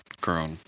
grown